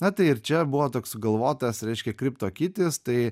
na tai ir čia buvo toks sugalvotas reiškia kriptokitis tai